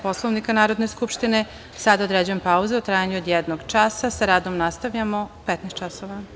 Poslovnika Narodne skupštine, sada određujem pauzu u trajanju od jednog časa i sa radom nastavljamo u 15.00 časova.